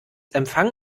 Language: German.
empfang